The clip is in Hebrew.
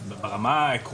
אבל ברמה העקרונית,